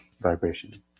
vibration